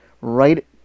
right